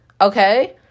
Okay